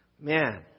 man